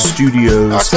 Studios